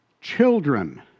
children